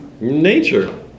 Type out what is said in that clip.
Nature